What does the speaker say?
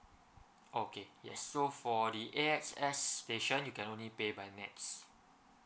okay yes so for the A_X_S station you can only pay by NETS